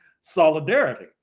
solidarity